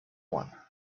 one